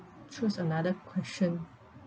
choose another question